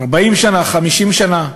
40 שנה, 50 שנה,